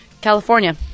California